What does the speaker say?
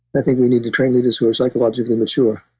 i think we need to train leaders who are psychologically mature,